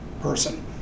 person